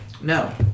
No